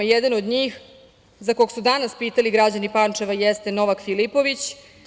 Jedan od njih, za kog su danas pitali građani Pančeva, jeste Novak Filipović.